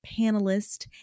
panelist